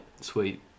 sweet